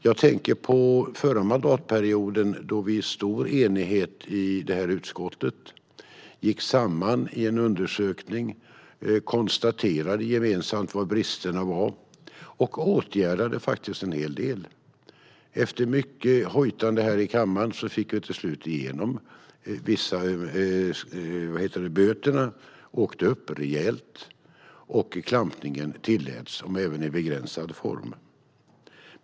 Jag tänker på förra mandatperioden då vi i stor enighet i utskottet gick samman i en undersökning, konstaterade vad bristerna var och åtgärdade en hel del. Efter mycket hojtande i kammaren fick vi till slut igenom ett par saker. Böterna åkte upp rejält, och klampning tilläts, om än i begränsad form.